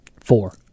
Four